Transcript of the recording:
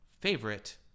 favorite